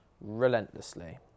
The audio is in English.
relentlessly